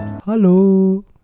Hello